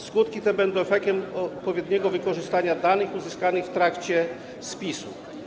Skutki te będą efektem odpowiedniego wykorzystania danych uzyskanych w trakcie spisu.